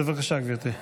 בבקשה, גברתי.